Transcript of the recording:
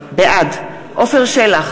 בעד עפר שלח,